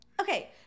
okay